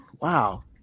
Wow